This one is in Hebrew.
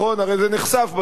הרי זה נחשף בסוף.